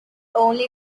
only